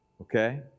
okay